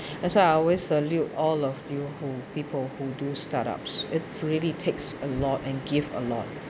that's why I always salute all of you who people who do startups it's really takes a lot and give a lot